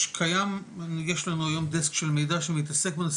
לנו היום דסק של מידע שמתעסק בנושא,